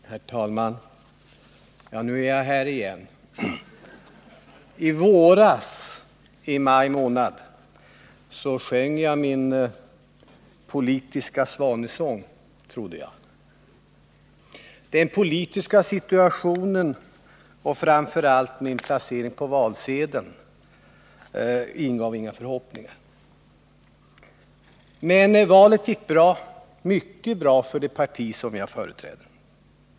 Herr talman! Ja — nu är jag här igen. I våras — i maj månad — sjöng jag min politiska svanesång, trodde jag. Den politiska situationen och framför allt min placering på valsedeln ingav inga förhoppningar för min del. Men valet gick bra — mycket bra för det parti jag representerar.